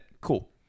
cool